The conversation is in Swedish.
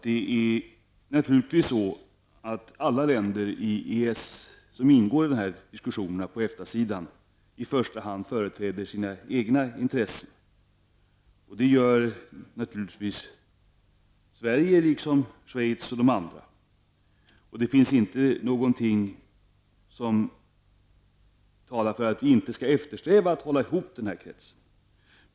Det är naturligtvis så att alla länder på EFTA-sidan i första hand företräder sina egna intressen. Det gör Sverige, liksom Schweiz och de andra. Det finns inte skäl för att söka hålla ihop kretsen.